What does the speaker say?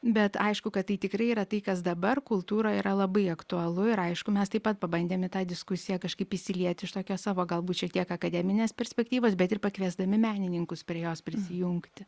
bet aišku kad tai tikrai yra tai kas dabar kultūroj yra labai aktualu ir aišku mes taip pat pabandėm į tą diskusiją kažkaip įsilieti iš tokio savo galbūt šiek tiek akademinės perspektyvos bet ir pakviesdami menininkus prie jos prisijungti